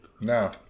No